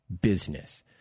business